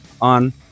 on